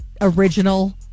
original